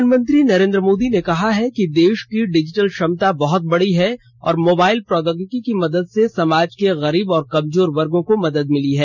प्रधानमंत्री नरेंद्र मोदी ने कहा कि देश की डिजिटल क्षमता बहत बड़ी है और मोबाइल प्रौद्योगिकी की मदद से समाज के गरीब और कमजोर वर्गो को मदद मिली है